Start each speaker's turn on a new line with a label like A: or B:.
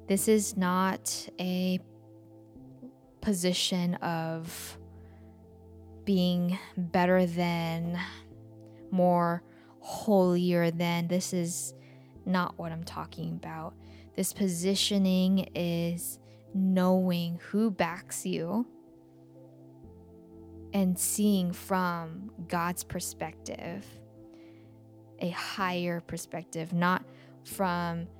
A: This is not a position of being better than, more holier than. This is not what I'm talking about. This positioning is knowing who backs you and seeing from God's perspective, a higher perspective, not from